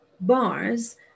bars